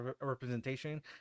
representation